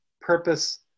purpose